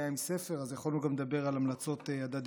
אז יכולנו גם לדבר על המלצות הדדיות של ספרים.